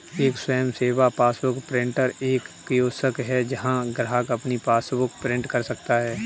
एक स्वयं सेवा पासबुक प्रिंटर एक कियोस्क है जहां ग्राहक अपनी पासबुक प्रिंट कर सकता है